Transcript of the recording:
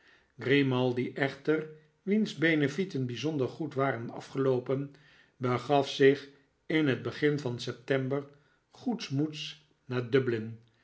grimaldi echter wiens benefleten bijzonder goed waren afgeloopen begaf zich in het begin van september goedsmoeds naar dublin